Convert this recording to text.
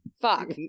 fuck